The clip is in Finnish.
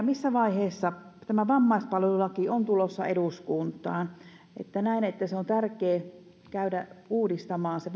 missä vaiheessa tämä vammaispalvelulaki on tulossa eduskuntaan näen että vammaispalvelulakia on tärkeä käydä uudistamaan se